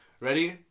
Ready